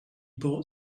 bought